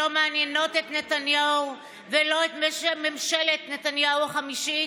לא מעניינות את נתניהו ולא את ממשלת נתניהו החמישית,